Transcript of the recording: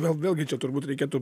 gal vėlgi čia turbūt reikėtų